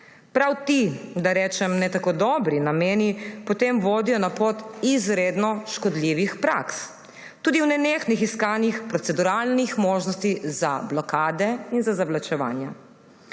Prav ti, da rečem ne tako dobri nameni, potem vodijo na pot izredno škodljivih praks, tudi v nenehnih iskanjih proceduralnih možnosti za blokade in za zavlačevanja.